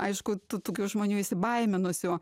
aišku tų tokių žmonių įsibaiminusio